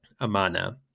Amana